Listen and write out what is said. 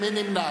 מי נמנע?